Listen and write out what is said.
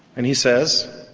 and he says,